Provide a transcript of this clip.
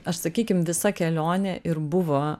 aš sakykim visa kelionė ir buvo